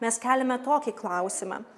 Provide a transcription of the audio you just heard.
mes keliame tokį klausimą